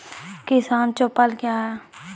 किसान चौपाल क्या हैं?